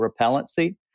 repellency